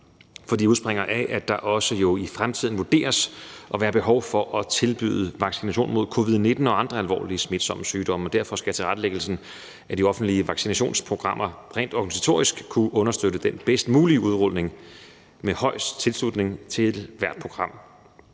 for de udspringer af, at der jo også i fremtiden vurderes at være behov for at tilbyde vaccination mod covid-19 og andre alvorlige smitsomme sygdomme, og derfor skal tilrettelæggelsen af de offentlige vaccinationsprogrammer rent organisatorisk kunne understøtte den bedst mulige udrulning med højst mulig tilslutning til hvert program.